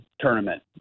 tournament